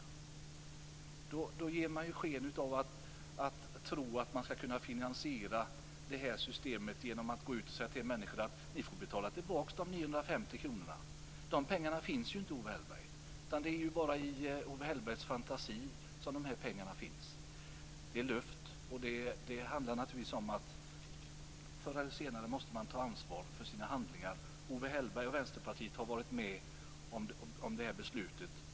Man ger sken av att man skall kunna finansiera systemet genom att säga till människor att de får betala tillbaka de 950 kronorna. De pengarna finns ju inte, Owe Hellberg. Det är bara i Owe Hellbergs fantasi som pengarna finns. Det är luft. Det handlar bara om att man förr eller senare måste ta ansvar för sina handlingar. Owe Hellberg och Vänsterpartiet har varit med om det här beslutet.